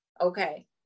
okay